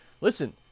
listen